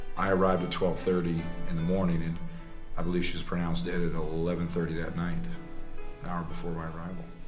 i arrived at twelve thirty in the morning and i believe she was pronounced dead at eleven thirty that night, an hour before my arrival.